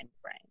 frame